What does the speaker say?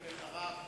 ואחריו,